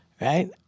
right